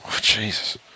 Jesus